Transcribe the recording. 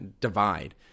divide